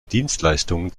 dienstleistungen